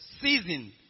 season